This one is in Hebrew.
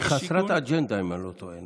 היא חסרת אג'נדה, אם אני לא טועה.